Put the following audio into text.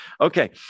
Okay